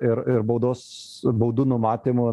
ir ir baudos baudų numatymu